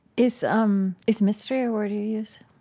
is um is mystery a word you use?